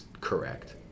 correct